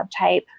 subtype